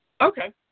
Okay